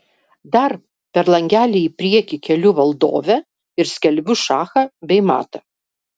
dar per langelį į priekį keliu valdovę ir skelbiu šachą bei matą